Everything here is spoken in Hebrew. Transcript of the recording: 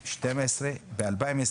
12, ב-2021